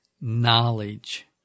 knowledge